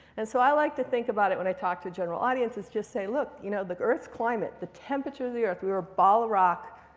and so i like to think about it when i talk to general audiences, just say, look, you know the earth's climate, the temperature of the earth we're a ball of rock.